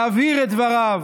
להבהיר את דבריו.